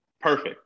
perfect